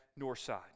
Northside